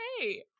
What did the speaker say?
hey